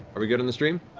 are we good on the stream?